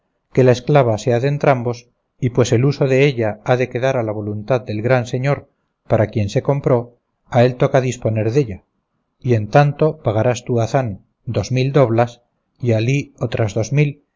que la esclava sea de entrambos y pues el uso della ha de quedar a la voluntad del gran señor para quien se compró a él toca disponer della y en tanto pagarás tú hazán dos mil doblas y alí otras dos mil